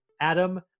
Adam